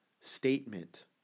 statement